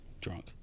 drunk